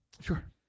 Sure